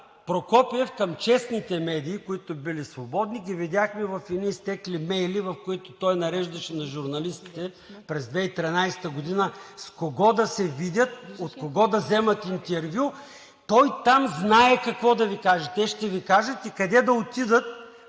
Прокопиев към честните медии, които били свободни, ги видяхме в едни изтекли мейли, в които той нареждаше на журналистите през 2013 г. с кого да се видят, от кого да вземат интервю. Той там знае какво да Ви каже. Те ще Ви кажат и къде да отидат,